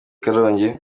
karongi